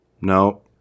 No